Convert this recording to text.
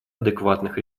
адекватных